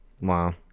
Wow